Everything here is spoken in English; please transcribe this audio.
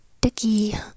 dicky